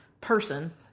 person